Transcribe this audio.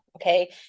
Okay